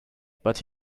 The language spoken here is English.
but